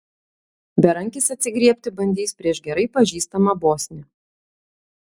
berankis atsigriebti bandys prieš gerai pažįstamą bosnį